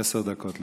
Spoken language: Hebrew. עשר דקות לרשותך.